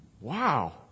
Wow